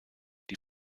die